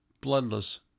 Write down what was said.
bloodless